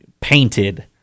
painted